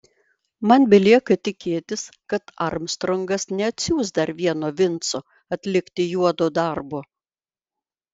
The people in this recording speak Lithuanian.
man belieka tikėtis kad armstrongas neatsiųs dar vieno vinco atlikti juodo darbo